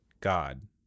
God